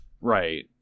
Right